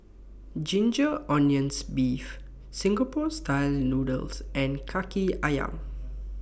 Ginger Onions Beef Singapore Style Noodles and Kaki Ayam